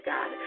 God